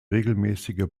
regelmäßige